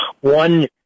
one